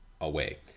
away